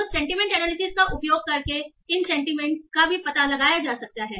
तो sentiment analysis का उपयोग करके इन सेंटीमेंट का भी पता लगाया जा सकता है